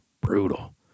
Brutal